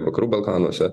vakarų balkanuose